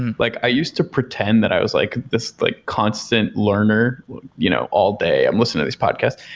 and like i used to pretend that i was like this like constant learner you know all day, i'm listening to these podcasts.